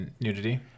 nudity